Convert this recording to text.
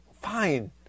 Fine